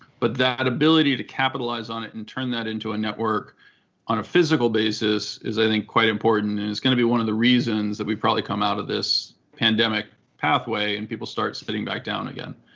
but that ability to capitalize on it and turn that into a network on a physical basis is, i think, quite important, and is going to be one of the reasons that we've probably come out of this pandemic pathway and people start sitting back down again.